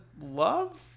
love